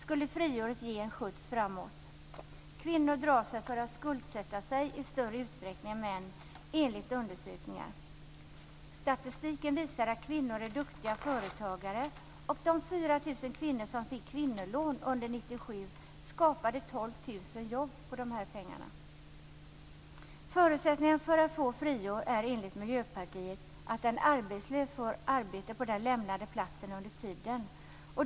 Enligt undersökningar drar sig kvinnor för att skuldsätta sig i större utsträckning än män. Statistiken visar att kvinnor är duktiga företagare. De 4 000 kvinnor som fick kvinnolån under 1997 skapade 12 000 jobb med de här pengarna. Förutsättningen för att man skall få friår skall enligt Miljöpartiet vara att en arbetslös får arbete på den lämnade platsen under tiden.